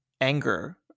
anger